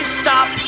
stop